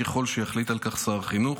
ככל שיחליט על כך שר החינוך.